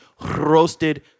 roasted –